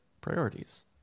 priorities